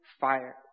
fire